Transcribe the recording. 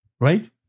Right